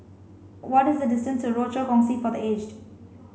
what is the distance to Rochor Kongsi for the Aged